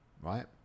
right